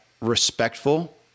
respectful